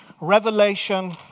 revelation